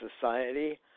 society